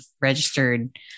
registered